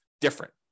different